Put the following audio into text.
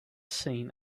seen